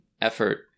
effort